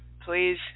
please